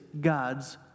God's